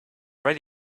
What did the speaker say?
right